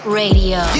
radio